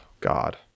God